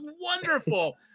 wonderful